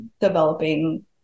developing